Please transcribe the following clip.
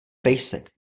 pejsek